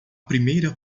primeira